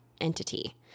entity